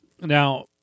Now